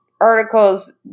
articles